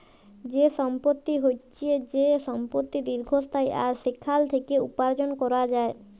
যে সম্পত্তি হচ্যে যে সম্পত্তি দীর্ঘস্থায়ী আর সেখাল থেক্যে উপার্জন ক্যরা যায়